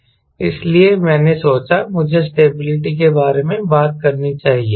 इसलिए मैंने सोचा मुझे स्टेबिलिटी के बारे में बात करनी चाहिए